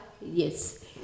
Yes